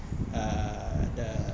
uh the